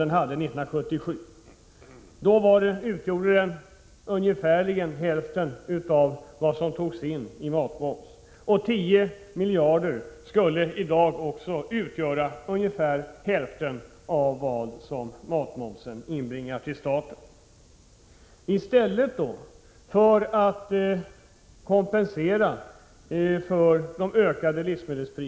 1977 motsvarade värdet ungefär hälften av vad som togs in i matmoms. 10 miljarder skulle i dag utgöra hälften av det som matmomsen inbringar till staten. I stället för att åstadkomma en kompensation för de höjda livsmedelspri — Prot.